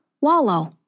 wallow